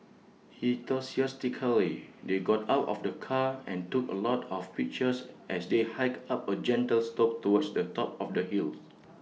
enthusiastically they got out of the car and took A lot of pictures as they hiked up A gentle slope towards the top of the hills